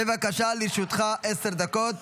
בבקשה, לרשותך עשר דקות.